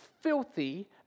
filthy